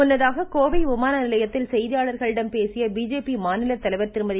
முன்னதாக கோவை விமான நிலையத்தில் செய்தியாளர்களிடம் பேசிய பிஜேபி மாநில தலைவர் திருமதி